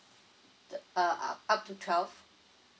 uh err up up to twelve